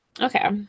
okay